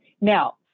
now